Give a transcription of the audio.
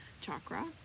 chakra